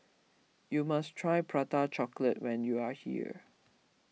you must try Prata Chocolate when you are here